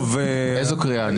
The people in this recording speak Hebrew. איזו קריאה אני?